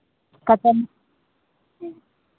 कतय